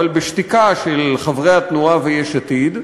אבל בשתיקה של חברי התנועה ויש עתיד,